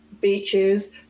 beaches